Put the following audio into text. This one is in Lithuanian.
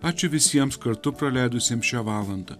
ačiū visiems kartu praleidusiems šią valandą